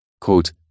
quote